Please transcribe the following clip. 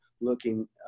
looking